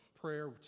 prayer